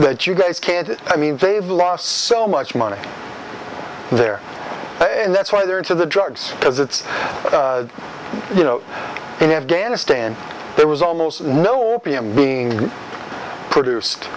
that you guys can't i mean they've lost so much money there and that's why they're into the drugs as it's you know in afghanistan there was almost no opium being produced